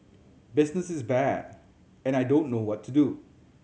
business is bad and I don't know what to do